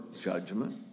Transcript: judgment